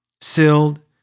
sealed